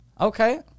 Okay